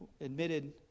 admitted